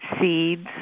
seeds